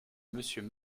monsieur